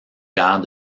guerres